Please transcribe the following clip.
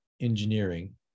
engineering